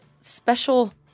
special